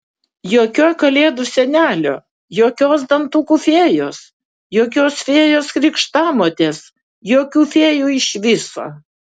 jokio kalėdų senelio jokios dantukų fėjos jokios fėjos krikštamotės jokių fėjų iš viso